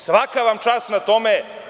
Svaka vam čast na tome.